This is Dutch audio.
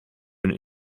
hun